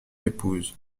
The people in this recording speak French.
épouse